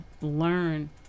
learn